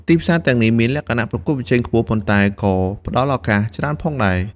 ទីផ្សារទាំងនេះមានលក្ខណៈប្រកួតប្រជែងខ្ពស់ ប៉ុន្តែក៏ផ្តល់ឱកាសច្រើនផងដែរ។